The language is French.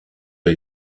les